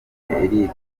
eric